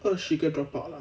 二十个 drop out lah